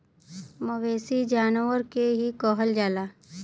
मवेसी जानवर के ही कहल जाला